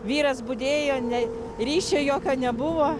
vyras budėjo ne ryšio jokio nebuvo